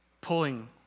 Pulling